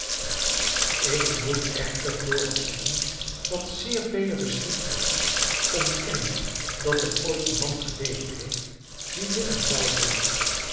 ik moet echter vooraf zeggen dat zeer vele geschiedvorschers ontkennen dat er ooit een man geleefd heeft die willem tell heette